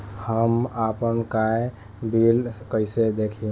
हम आपनबकाया बिल कइसे देखि?